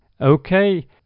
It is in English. Okay